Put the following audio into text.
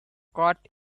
caught